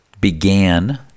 began